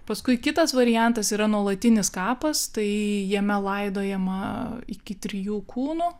paskui kitas variantas yra nuolatinis kapas tai jame laidojama iki trijų kūnų